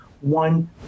one